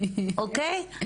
אוקיי?